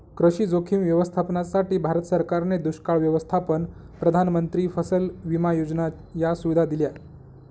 कृषी जोखीम व्यवस्थापनासाठी, भारत सरकारने दुष्काळ व्यवस्थापन, प्रधानमंत्री फसल विमा योजना या सुविधा दिल्या